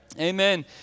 Amen